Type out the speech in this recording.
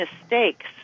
mistakes